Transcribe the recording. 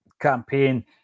campaign